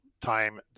time